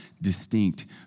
distinct